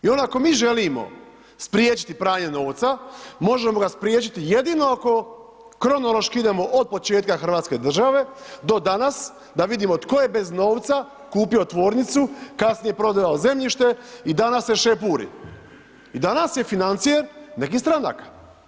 I onda ako mi želimo spriječiti pranje novca, možemo ga spriječiti jedino ako kronološki idemo od početka hrvatske države do danas, da vidimo tko je bez novca kupio tvornicu, kasnije prodao zemljište i danas se šepuri i danas je financijer nekih stranaka.